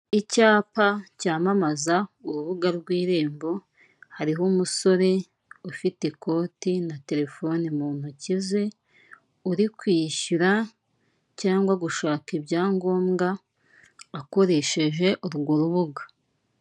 Icyapa cyamamaza urubuga rw'irembo hariho umusore ufite ikoti na telefoni mu ntoki ze uri kwishyura cyangwa gushaka ibyangombwa akoresheje urwo rubuga.